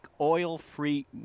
oil-free